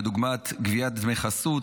כדוגמת גביית דמי חסות,